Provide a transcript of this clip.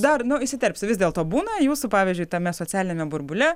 dar įsiterpsiu vis dėlto būna jūsų pavyzdžiui tame socialiniame burbule